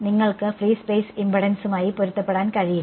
നിങ്ങൾക്ക് free space ഇംപെഡൻസുമായി പൊരുത്തപ്പെടാൻ കഴിയില്ല